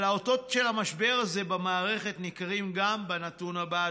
אבל האותות של המשבר הזה במערכת ניכרים גם בנתון הבא,